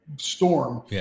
storm